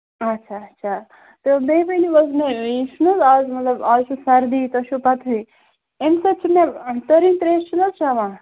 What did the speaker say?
اَچھا اَچھا تہٕ بیٚیہِ ؤنِو حظ مےٚ یہِ چھُ نہٕ حظ اَز مطلب اَز چھِ سردی تۄہہِ چھَو پَتہٕے اَمہِ سۭتۍ چھُ مےٚ تٔرٕنۍ ترٛیش چھِنا چٮ۪وان